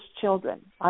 children